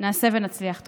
נעשה ונצליח.